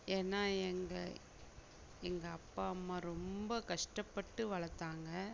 ஏன்னால் எங்கள் எங்கள் அப்பா அம்மா ரொம்ப கஷ்டப்பட்டு வளர்த்தாங்க